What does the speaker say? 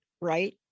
Right